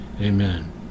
Amen